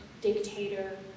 dictator